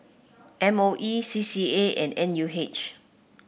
M O E C C A and N U H